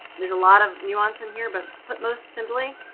there's a lot of nuance in here, but put most simply,